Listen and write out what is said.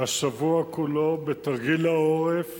השבוע כולו, בתרגיל העורף